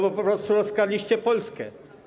Bo po prostu rozkradliście Polskę.